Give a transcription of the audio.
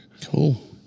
Cool